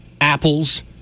apples